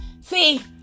See